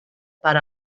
per